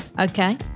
okay